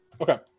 Okay